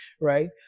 right